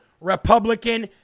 Republican